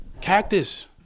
Cactus